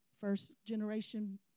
First-generation